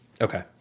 Okay